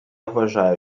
вважаю